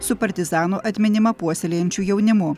su partizano atminimą puoselėjančiu jaunimu